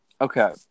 Okay